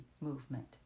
movement